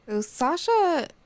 Sasha